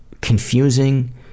confusing